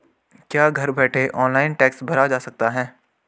क्या घर बैठे ऑनलाइन टैक्स भरा जा सकता है?